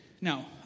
Now